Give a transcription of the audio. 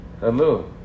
hello